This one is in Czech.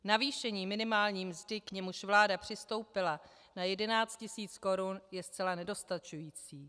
Navýšení minimální mzdy, k němuž vláda přistoupila, na 11 tis. korun je zcela nedostačující.